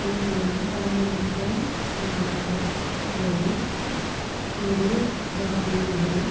India பழமை மிக்க நாடாக உள்ளது இங்கு ஜாதி மதம்